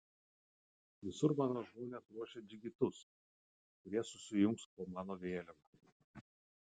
visur mano žmonės ruošia džigitus kurie susijungs po mano vėliava